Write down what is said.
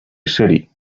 city